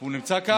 הוא נמצא כאן?